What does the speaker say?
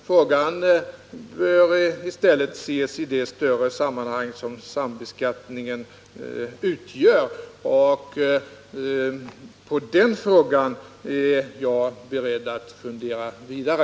Frågan bör i stället ses i det större sammanhang som sambeskattningen utgör. På den frågan är jag beredd att fundera vidare.